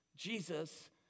Jesus